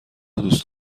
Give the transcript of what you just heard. دوست